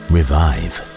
Revive